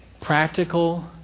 practical